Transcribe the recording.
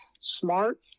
smart